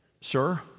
Sir